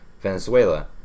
Venezuela